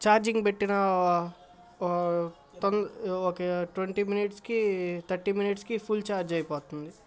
charging పెట్టిన ఒక twenty మినిట్స్కి థర్టీ మినిట్స్కి ఫుల్ ఛార్జి అయిపోతుంది